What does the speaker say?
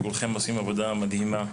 כולכם עושים עבודה מדהימה.